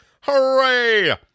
Hooray